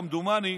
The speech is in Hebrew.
כמדומני,